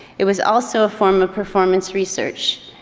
it was also a form of performance research.